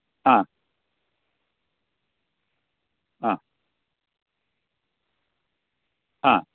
आ आ आ